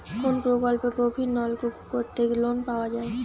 কোন প্রকল্পে গভির নলকুপ করতে লোন পাওয়া য়ায়?